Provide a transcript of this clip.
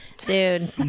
dude